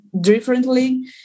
differently